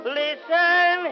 listen